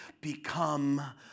become